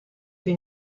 più